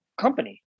company